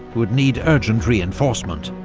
would need urgent reinforcement.